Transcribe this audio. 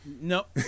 Nope